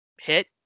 hit